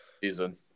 season